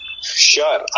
Sure